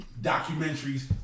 documentaries